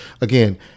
again